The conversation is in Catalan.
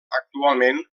actualment